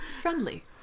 Friendly